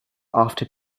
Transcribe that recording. after